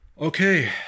Okay